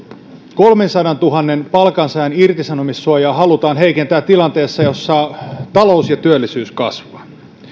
kolmensadantuhannen palkansaajan irtisanomissuojaa halutaan heikentää tilanteessa jossa talous ja työllisyys kasvavat